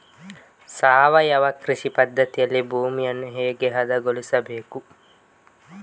ಸಾವಯವ ಕೃಷಿ ಪದ್ಧತಿಯಲ್ಲಿ ಭೂಮಿಯನ್ನು ಹೇಗೆ ಹದಗೊಳಿಸಬೇಕು?